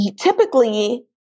typically